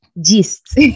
gist